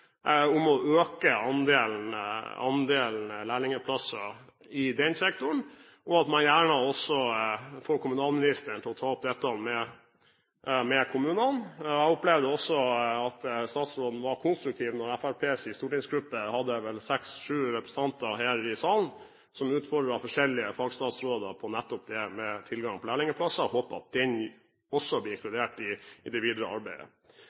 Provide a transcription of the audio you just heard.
om å øke andelen lærlingplasser i den sektoren, og at man gjerne også får kommunalministeren til å ta opp dette med kommunene. Jeg opplevde at statsråden var konstruktiv da Fremskrittspartiets stortingsgruppe hadde seks–sju representanter her i salen som utfordret forskjellige fagstatsråder på nettopp dette med tilgang på lærlingplasser. Jeg håper dette også blir inkludert i det videre arbeidet.